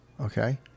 Okay